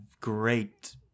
great